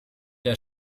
der